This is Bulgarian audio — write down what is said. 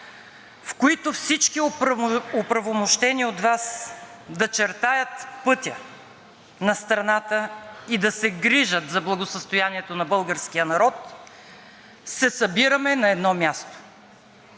в които всички оправомощени от Вас да чертаят пътя на страната и да се грижат за благосъстоянието на българския народ се събираме на едно място.